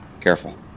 Careful